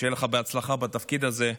שיהיה לך בהצלחה בתפקיד הזה,